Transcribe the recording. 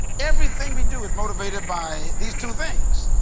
everything we do is motivated by these two things.